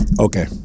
Okay